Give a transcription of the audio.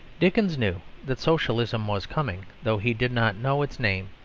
dickens knew that socialism was coming, though he did not know its name.